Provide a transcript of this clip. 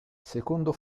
secondo